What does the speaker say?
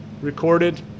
recorded